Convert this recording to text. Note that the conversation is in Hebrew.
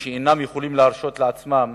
כי אינם יכולים להרשות לעצמם